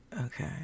Okay